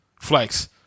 flex